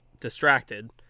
distracted